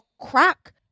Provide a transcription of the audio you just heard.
crack